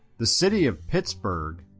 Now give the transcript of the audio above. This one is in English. the city of pittsburgh,